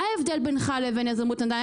מה ההבדל בינך לבין יזמות נדל"ן?